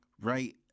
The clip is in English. right